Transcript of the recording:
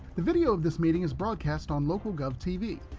the video of this meeting is broadcast on local gov tv,